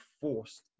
forced